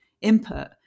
input